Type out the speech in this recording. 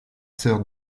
sœurs